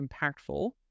impactful